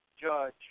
judge